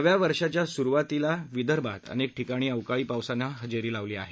नव्या वर्षाच्या सुरुवातीला विदर्भात अनेक ठिकाणी अवकाळी पावसाने हजेरी लावली आहे